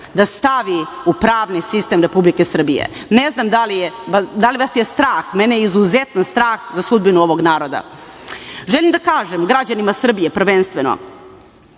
da stavi u pravni sistem Republike Srbije? Ne znam da li vas je strah? Mene je izuzetno strah za sudbinu ovog naroda. Želim da kažem građanima Srbije, prvenstveno,